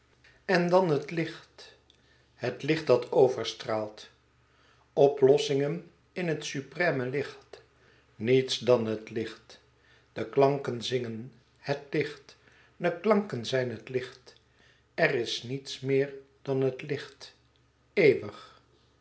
en dan het licht het licht dat overstraalt oplossingen in het supreme licht niets dan het licht de klanken zingen het licht de klanken zijn het licht er is niets meer dan het licht eeuwig